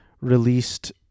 released